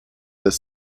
this